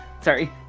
sorry